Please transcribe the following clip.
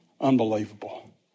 unbelievable